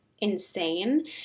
insane